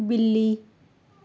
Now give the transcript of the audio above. ਬਿੱਲੀ